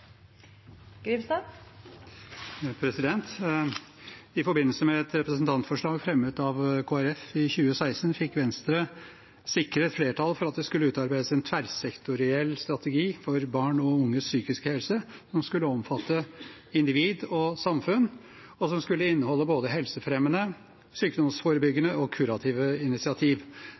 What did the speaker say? I forbindelse med et representantforslag fremmet av Kristelig Folkeparti i 2016 fikk Venstre sikret flertall for at det skulle utarbeides en tverrsektoriell strategi for barn og unges psykiske helse, som skulle omfatte individ og samfunn, og som skulle inneholde både helsefremmende, sykdomsforebyggende og kurative initiativ.